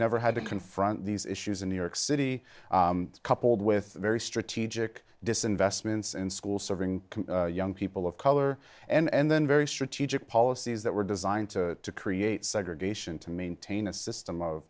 never had to confront these issues in new york city coupled with very strategic disinvestments in school serving young people of color and then very strategic policies that were designed to create segregation to maintain a system of